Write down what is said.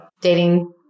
dating